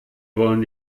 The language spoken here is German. wollen